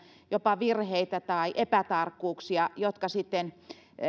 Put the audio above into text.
jopa virheitä tai tämmöisiä epätarkkuuksia jotka